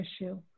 issue